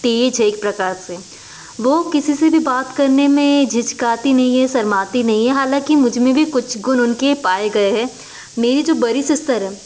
तेज़ है एक प्रकार से वह किसी से भी बात करने में झिझकती नहीं है शर्माती नहीं है हालांकि मुझ में भी कुछ गुण उनके पाए गए हैं मेरी जो बड़ी सिस्टर है